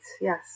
yes